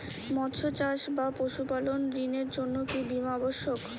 মৎস্য চাষ বা পশুপালন ঋণের জন্য কি বীমা অবশ্যক?